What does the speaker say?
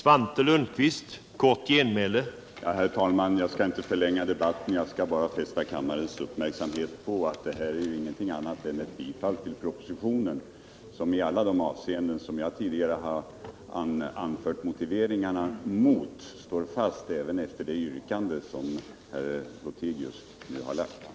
Herr talman! Jag skall inte förlänga debatten. Jag skall bara fästa kammarens uppmärksamhet på att det här är ingenting annat än ett bifall till propositionen, som i alla de avseenden jag tidigare har anfört motiveringar mot står fast, även efter det yrkande som herr Lothigius nu har framställt.